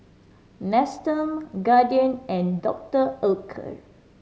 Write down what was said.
Nestum Guardian and Doctor Oetker